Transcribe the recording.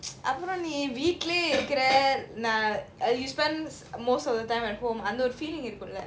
அப்புறம் நீ வீட்லயே இருக்குற:appuram nee veetlayae irukkura you spend most of the time at home அந்த ஒரு:antha oru feeling இருக்கும்ல:irukkumla